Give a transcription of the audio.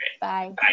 Bye